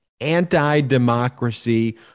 anti-democracy